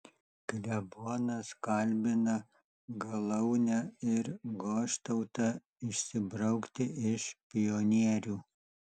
klebonas kalbina galaunę ir goštautą išsibraukti iš pionierių